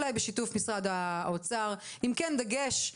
אולי בשיתוף משרד האוצר עם כן גדש,